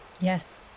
Yes